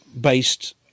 based